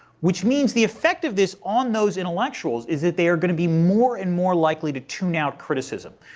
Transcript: which means the effect of this on those intellectuals is that they are going to be more and more likely to tune out criticism.